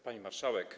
Pani Marszałek!